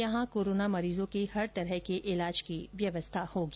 यहां कोरोना मरीजों के हर तरह के इलाज की व्यवस्था होगी